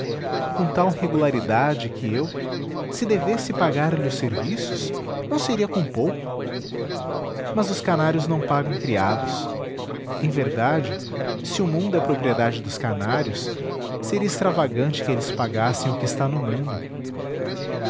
com tal regularidade que eu se devesse pagar-lhe os serviços não seria com pouco mas os canários não pagam criados em verdade se o mundo é propriedade dos canários seria extravagante que eles pagassem o que está no mundo